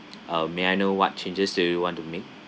uh may I know what changes do you want to make